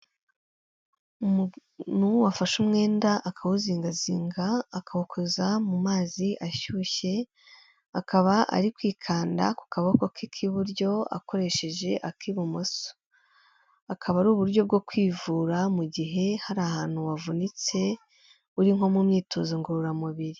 Umuntu wafashe umwenda akawuzingazinga akawukoza mu mazi ashyushye, akaba ari kwikanda ku kaboko ke k'iburyo akoresheje ak'ibumoso, akaba ari uburyo bwo kwivura mu gihe hari ahantu wavunitse, uri nko mu myitozo ngororamubiri.